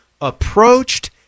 approached